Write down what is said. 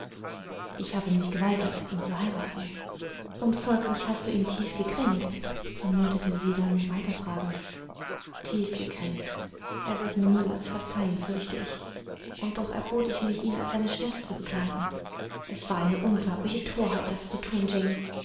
ich habe mich geweigert ihn zu heiraten und folglich hast du ihn tief gekränkt vermutete sie dann weiter fragend tief gekränkt er wird mir niemals verzeihen fürchte ich und doch erbot ich mich ihn als seine schwester zu begleiten es war eine unglaubliche thorheit das zu thun